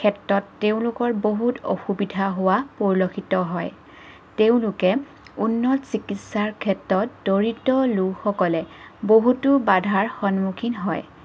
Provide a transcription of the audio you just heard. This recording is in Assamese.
ক্ষেত্ৰত তেওঁলোকৰ বহুত অসুবিধা হোৱা পৰিলক্ষিত হয় তেওঁলোকে উন্নত চিকিৎসাৰ ক্ষেত্ৰত দৰিদ্ৰ লোকসকলে বহুতো বাধাৰ সন্মুখীন হয়